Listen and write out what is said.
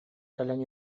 кэлэн